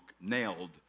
nailed